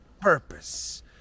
purpose